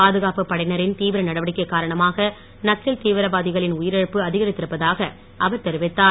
பாதுப்படையினரின் தீவிர நடவடிக்கை காரணமாக நக்சல் தீவிரவாதிகளின் உயிரிழப்பு அதிகரித்திருப்பதாக அவர் தெரிவித்தார்